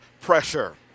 pressure